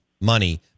money